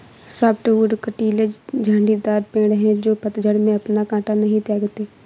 softwood कँटीले झाड़ीदार पेड़ हैं जो पतझड़ में अपना काँटा नहीं त्यागते